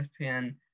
ESPN